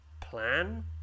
plan